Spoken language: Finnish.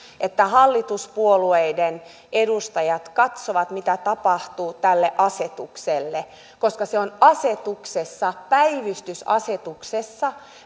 että hallituspuolueiden edustajat katsovat mitä tapahtuu tälle asetukselle koska se on asetuksessa päivystysasetuksessa